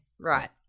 right